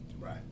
Right